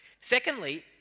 Secondly